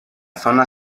zona